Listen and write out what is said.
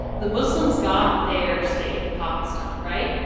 the muslims got their state, pakistan, right?